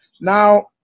Now